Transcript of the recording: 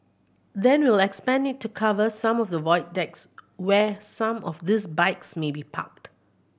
then we'll expand it to cover some of the void decks where some of these bikes may be parked